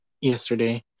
yesterday